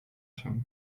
się